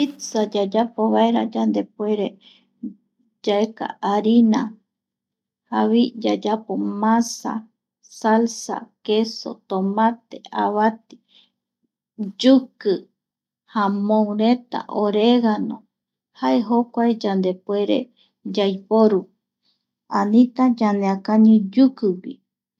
Pitza yayapovaera yandepuere yaeka harina javoi yayapo masa, salsa, kesu tomate, avati, yuki jamon reta oregano, jae jokuae yandepuere yaiporu, anita ñaneakañi yukigui